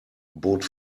bot